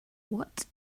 what